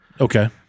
Okay